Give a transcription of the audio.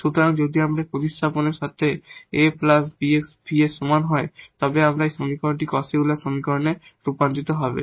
সুতরাং যদি আমরা এই প্রতিস্থাপনের সাথে a প্লাস bx v এর সমান হয় তবে আমাদের সমীকরণ এই Cauchy Euler সমীকরণে রূপান্তরিত হবে